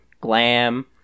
glam